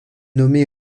nommée